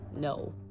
no